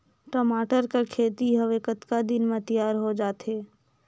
टमाटर कर खेती हवे कतका दिन म तियार हो जाथे?